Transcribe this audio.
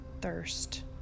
thirst